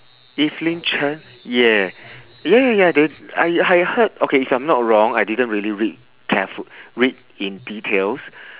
evelyn chen yeah ya ya ya then I I heard okay if I'm not wrong I didn't really read careful read in details